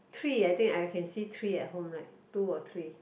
three I think I can see three at home right two or three